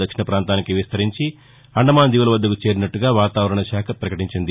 దక్షిణ ప్రాంతానికి విస్తరించి అండమాన్ దీవుల వద్గకు చేరినట్లుగా వాతావరణ శాఖ ప్రకటించింది